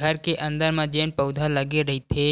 घर के अंदर म जेन पउधा लगे रहिथे